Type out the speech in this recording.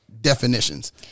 definitions